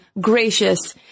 gracious